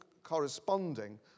corresponding